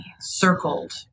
circled